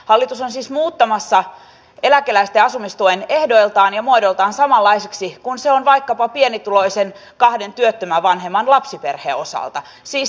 hallitus on siis muuttamassa eläkeläisten asumistuen ehdoiltaan ja muodoiltaan samanlaiseksi kuin se on vaikkapa pienituloisen kahden työttömän vanhemman lapsiperheen osalta siis samankaltaiseksi ehdoiltaan